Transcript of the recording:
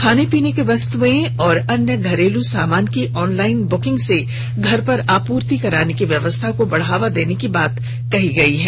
खाने पीने की वस्तुएं और अन्य घरेलू सामान की ऑनलाइन बुकिंग से घर पर आपूर्ति कराने की व्यवस्था को बढ़ावा देने की बात भी कही गई है